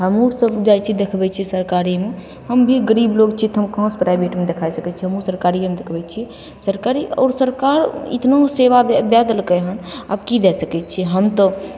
हमहूँसभ जाइ छिए देखबै छिए सरकारीमे हम भी गरीब लोक छिए तऽ हम कहाँसे प्राइवेटमे देखै सकै छिए हमहूँ सरकारिएमे देखबै छिए सरकारी आओर सरकार एतना सेवा दै देलकै हँ आब कि दै सकै छै हम तऽ